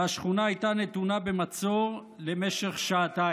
והשכונה הייתה נתונה במצור למשך שעתיים.